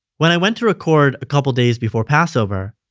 when i went to record, a couple days before passover,